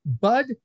Bud